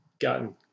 gotten